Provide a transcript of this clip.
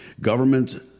government